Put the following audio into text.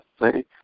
say